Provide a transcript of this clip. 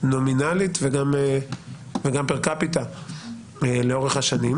נומינלית וגם פר קפיטה לאורך השנים,